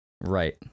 Right